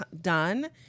done